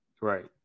Right